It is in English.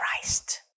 Christ